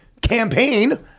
campaign